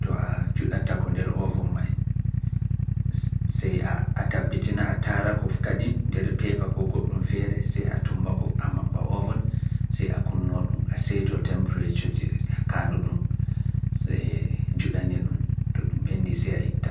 to a juɗata ko nder oofon may, sey a tabbitina a tara ko kadi nder peepa ko goɗɗum feere, sey a tumbako a maɓɓa oofon. sey a kunnoo ɗum, a seytoo temperature je, a kaandu ɗum, sey juɗani ɗum to ɗum ɓen tumbako a maɓɓa oofon see a kunnoo ɗum a see to